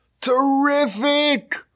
terrific